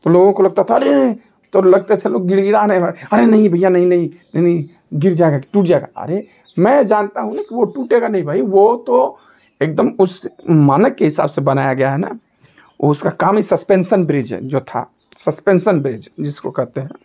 तो लोगों को लगता था अरे तो लगते थे लोग गिड़गिड़ाने भर अरे नहीं भैया नहीं नहीं नहीं नहीं गिर जाएगा टूट जाएगा अरे मैं जानता हूँ कि वह टूटेगा नहीं भाई वह तो एकदम उस मानक के हिसाब से बनाया गया है ना उसका काम इ सस्पेंसन ब्रिज ए जो था सस्पेंसन ब्रिज जिसको कहते हैं